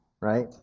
right